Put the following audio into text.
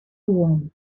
wang